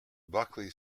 buckley